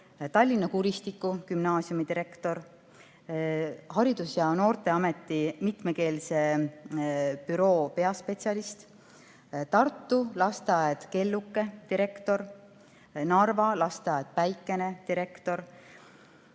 Tallinna Kuristiku Gümnaasiumi direktor, Haridus- ja Noorteameti mitmekeelse õppe büroo peaspetsialist, Tartu lasteaia Kelluke direktor, Narva lasteaia Päikene direktor,